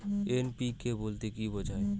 NPK বলতে কী বোঝায়?